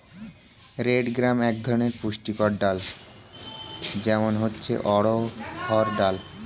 red gram এক ধরনের পুষ্টিকর ডাল, যেমন হচ্ছে অড়হর ডাল